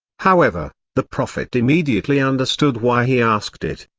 however, the prophet immediately understood why he asked it,